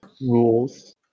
rules